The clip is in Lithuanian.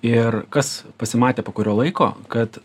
ir kas pasimatė po kurio laiko kad